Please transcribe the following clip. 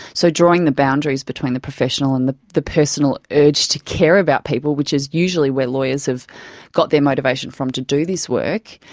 so drawing the boundaries between the professional and the the personal urge to care about people, which is usually where lawyers have got their motivation from to do this work,